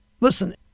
Listen